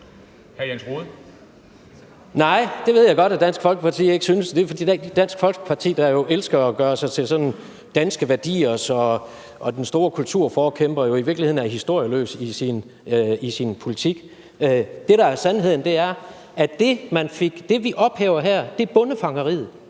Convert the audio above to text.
Nej, det ved jeg godt at Dansk Folkeparti ikke synes, og det er jo, fordi Dansk Folkeparti, der elsker at gøre sig til den store kulturforkæmper og forkæmper for danske værdier, i virkeligheden er historieløs i sin politik. Det, der er sandheden, er, at det, vi ophæver her, er bondefangeriet.